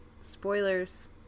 Spoilers